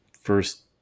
first